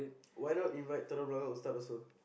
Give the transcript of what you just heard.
why not invite Telok-Blangah ustad also